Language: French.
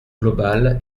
globale